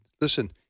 Listen